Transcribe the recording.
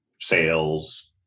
sales